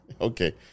Okay